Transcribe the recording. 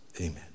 Amen